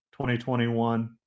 2021